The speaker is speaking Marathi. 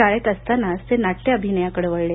शाळेत असतानाच ते नाट्यअभिनयाकडे वळले